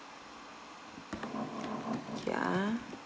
K ah